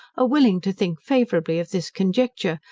are willing to think favourably of this conjecture,